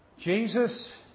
Jesus